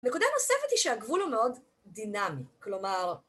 נקודה נוספת היא שהגבול הוא מאוד דינמי, כלומר...